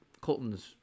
colton's